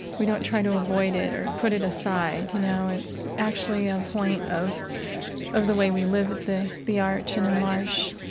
we don't try to avoid it or put it aside, you know? it's actually a point of of the way we live at the the arch and in l'arche.